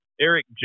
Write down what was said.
Eric